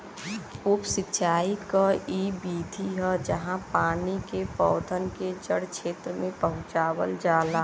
उप सिंचाई क इक विधि है जहाँ पानी के पौधन के जड़ क्षेत्र में पहुंचावल जाला